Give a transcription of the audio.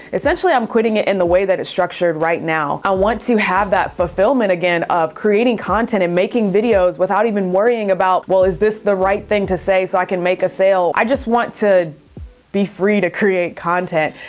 essentially i'm quitting it in the way that it's structured right now. i want to have that fulfillment again of creating content and making videos without even worrying about, well, is this the right thing to say so i can make a sale. i just want to be free to create content,